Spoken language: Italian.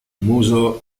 muso